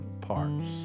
parts